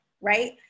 right